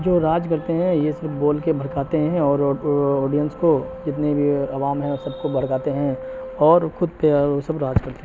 جو راج کرتے ہیں یہ سب بول کے بھڑکاتے ہیں اور آڈینس کو جتنے بھی عوام ہیں سب کو بھڑکاتے ہیں اور خود پے وہ سب راج کرتے ہیں